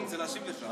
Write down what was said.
אני רוצה להשיב לך.